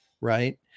Right